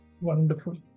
Wonderful